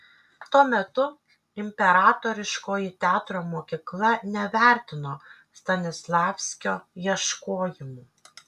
tuo metu imperatoriškoji teatro mokykla nevertino stanislavskio ieškojimų